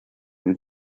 new